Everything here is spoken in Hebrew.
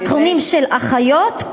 התחומים של אחיות,